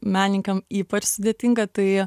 menininkam ypač sudėtinga tai